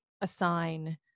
assign